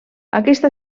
aquesta